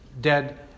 dead